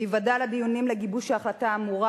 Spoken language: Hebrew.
בהיוודע דבר הדיונים לגיבוש ההחלטה האמורה